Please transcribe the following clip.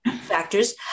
factors